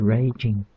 Raging